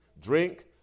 drink